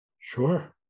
Sure